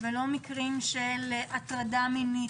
ולא של הטרדה מינית,